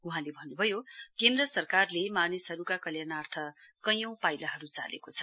वहाँले भन्नभयो केन्द्र सरकारले मानिसहरुका कल्याणार्थ कैयौं पाइलाहरु चालेको छ